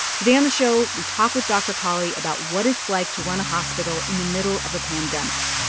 today on the show, we talk with dr. cawley about what it's like to run a hospital in the middle of a pandemic,